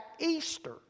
Easter